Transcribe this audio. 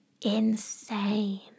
Insane